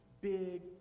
big